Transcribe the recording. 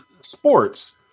sports